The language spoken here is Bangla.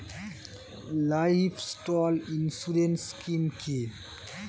লাইভস্টক ইন্সুরেন্স স্কিম কি?